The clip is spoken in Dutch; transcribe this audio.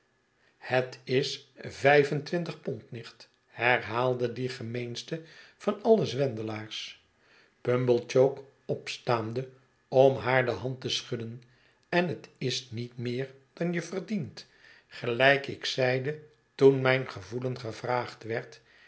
het is vijf en twintig pond nicht herhaalde die gemeenste vanalle zwendelaars pumblechook opstaande om haar de hand te schudden en het is niet meer dan je verdient gelijk ik zeide toen mijn gevoelen gevraagd werd